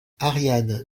ariane